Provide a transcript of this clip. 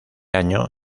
año